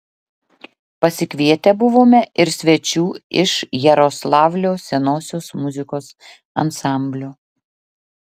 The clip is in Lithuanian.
pasikvietę buvome ir svečių iš jaroslavlio senosios muzikos ansamblio